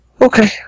Okay